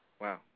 Wow